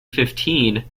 fifteen